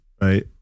right